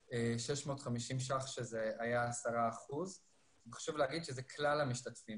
ב-650 שזה היה 10%. חשוב להגיד שזה כלל המשתתפים,